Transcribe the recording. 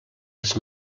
les